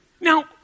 Now